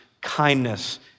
kindness